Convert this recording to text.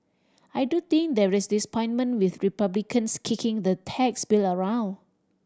I do think there is disappointment with Republicans kicking the tax bill around